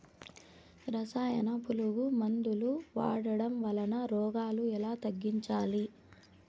రసాయన పులుగు మందులు వాడడం వలన రోగాలు ఎలా తగ్గించాలి?